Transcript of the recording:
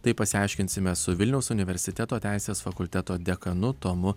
tai pasiaiškinsime su vilniaus universiteto teisės fakulteto dekanu tomu